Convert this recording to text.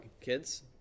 kids